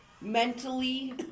Mentally